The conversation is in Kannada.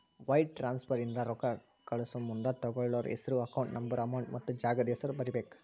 ವೈರ್ ಟ್ರಾನ್ಸ್ಫರ್ ಇಂದ ರೊಕ್ಕಾ ಕಳಸಮುಂದ ತೊಗೋಳ್ಳೋರ್ ಹೆಸ್ರು ಅಕೌಂಟ್ ನಂಬರ್ ಅಮೌಂಟ್ ಮತ್ತ ಜಾಗದ್ ಹೆಸರ ಬರೇಬೇಕ್